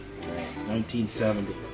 1970